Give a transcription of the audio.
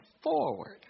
forward